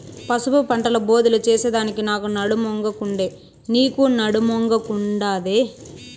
పసుపు పంటల బోదెలు చేసెదానికి నాకు నడుమొంగకుండే, నీకూ నడుమొంగకుండాదే